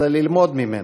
אלא ללמוד ממנו.